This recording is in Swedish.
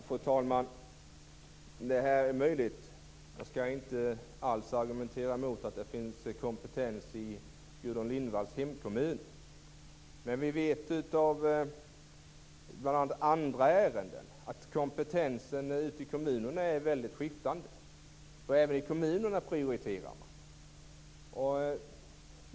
Fru talman! Det är möjligt. Jag skall inte alls argumentera emot att det finns kompetens i Gudrun Lindvalls hemkommun. Men vi vet av andra ärenden att kompetensen ute i kommunerna är väldigt skiftande, och man prioriterar även i kommunerna.